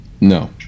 No